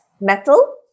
Metal